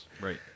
Right